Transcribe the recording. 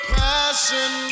passion